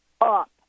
up